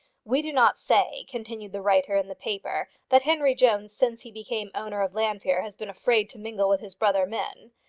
we do not say, continued the writer in the paper, that henry jones since he became owner of llanfeare has been afraid to mingle with his brother men.